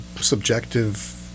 subjective